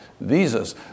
visas